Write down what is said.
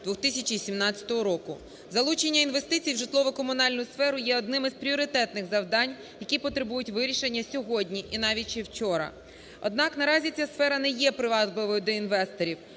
2017 року. Залучення інвестицій в житлово-комунальну сферу є одним із пріоритетних завдань, які потребують вирішення сьогодні і навіть ще вчора. Однак, наразі ця сфера не є привабливою для інвесторів,